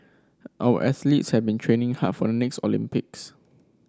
our athletes have been training hard for the next Olympics